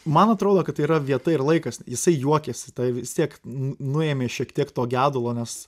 man atrodo kad tai yra vieta ir laikas jisai juokėsi tai vis tiek nuėmė šiek tiek to gedulo nes